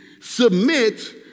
submit